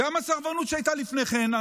גם הסרבנות שהייתה לפני כן,